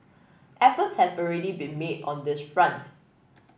efforts have already been made on this front